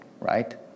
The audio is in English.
right